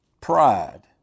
Pride